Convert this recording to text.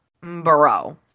Bro